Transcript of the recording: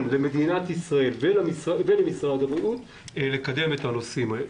למדינת ישראל ולמשרד הבריאות לקדם את הנושאים האלה.